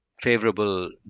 favorable